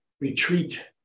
retreat